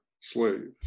slave